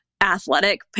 athletic